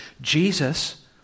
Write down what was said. Jesus